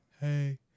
Hey